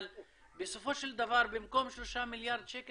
אבל בסופו של דבר במקום שלושה מיליארד שקל